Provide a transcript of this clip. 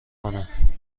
کنه